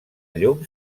llum